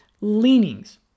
leanings